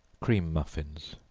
cream muffins.